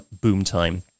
BoomTime